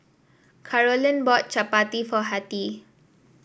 Carolyn bought Chapati for Hattie